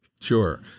Sure